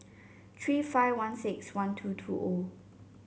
three five one six one two two O